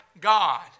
God